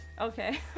Okay